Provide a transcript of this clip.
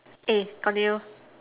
eh continue